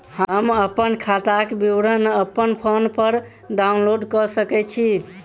हम अप्पन खाताक विवरण अप्पन फोन पर डाउनलोड कऽ सकैत छी?